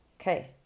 okay